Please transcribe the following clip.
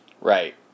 Right